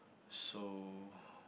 so